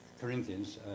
Corinthians